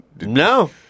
no